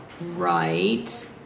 Right